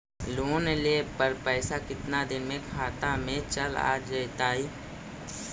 Loan लेब पर पैसा कितना दिन में खाता में चल आ जैताई?